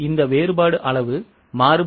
இந்த வேறுபாடு அளவு மாறுபாடு